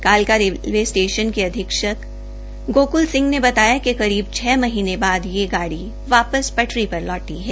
कालका railway station के अधीक्षक गोकुल सिंह ने बताया कि करीब छ महीनें बाद यह गाड़ी पटरी पर लौटी है